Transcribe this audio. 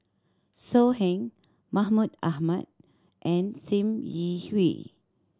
So Heng Mahmud Ahmad and Sim Yi Hui